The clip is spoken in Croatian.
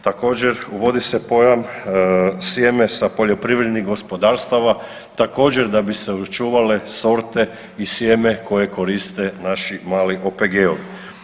Također, uvodi se pojam sjeme sa poljoprivrednih gospodarstava također da bi se očuvale sorte i sjeme koje koriste naši mali OPG-ovi.